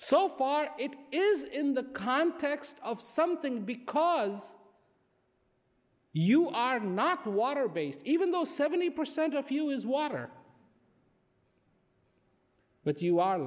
so far it is in the context of something because you are not the water based even though seventy percent of you is water but you are